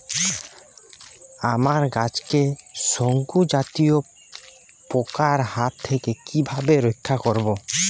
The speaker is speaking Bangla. আমার গাছকে শঙ্কু জাতীয় পোকার হাত থেকে কিভাবে রক্ষা করব?